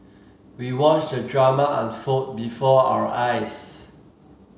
we watched the drama unfold before our eyes